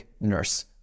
nurse